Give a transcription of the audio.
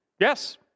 Yes